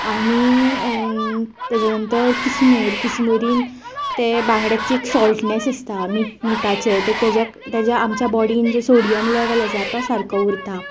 आनी तेजें नंतर किसमूर किसमुरीन तें बांगड्याचें सॉल्टनेस आसता मिठाचें तें आमच्या बॉडीन जें सोडीयम लेवल आसा तो सारको उरता